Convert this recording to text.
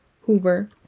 Hoover